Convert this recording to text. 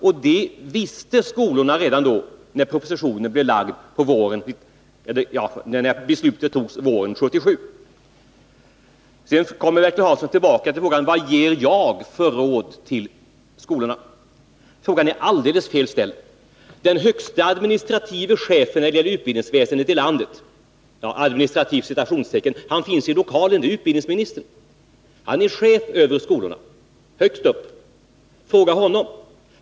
Det visste alltså skolorna redan våren 1977, då beslutet togs. Sedan kom Bertil Hansson tillbaka till frågan vad jag ger för råd till skolorna. Frågan är alldeles fel ställd. Den högste ”administrative” chefen för utbildningsväsendet i landet finns här i lokalen. Det är utbildningsminis tern. Han är chef över skolorna. Fråga honom!